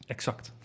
Exact